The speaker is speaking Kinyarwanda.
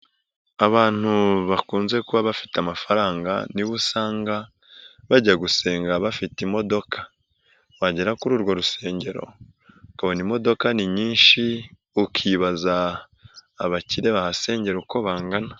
Abantu bakunze kuba bafite amafaranga nibo usanga bajya gusenga bafite imodoka, wagera kuri urwo rusengero ukabona imodoka ni nyinshi ukibaza abakire bahasengera uko bangana.